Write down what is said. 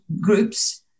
groups